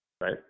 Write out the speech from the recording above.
Right